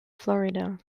florida